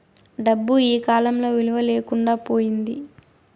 డబ్బు ఈకాలంలో విలువ లేకుండా పోయింది